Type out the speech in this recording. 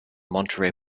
monterey